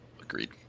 Agreed